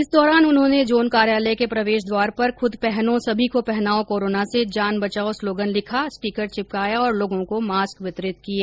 इस दौरान उन्होंने जोन कार्यालय के प्रवेश द्वार पर खूद पहनो सभी को पहनाओ कोरोना से जान बचाओ स्लोगन लिखा स्टीकर चिपकाया और लोगों को मास्क वितरित किये